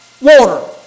water